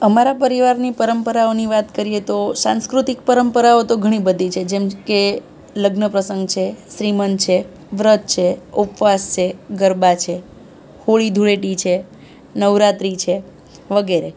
અમારા પરિવારની પરંપરાઓની વાત કરીએ તો સાંસ્કૃતિક પરંપરાઓ તો ઘણી બધી છે જેમકે લગ્ન પ્રસંગ છે સીમંત છે વ્રત છે ઉપવાસ છે ગરબા છે હોળી ધૂળેટી છે નવરાત્રિ છે વગેરે